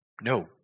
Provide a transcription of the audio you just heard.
No